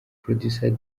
producer